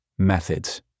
methods